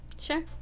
Sure